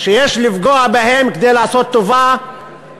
לפגוע בהם כדי לעשות טובה